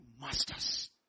masters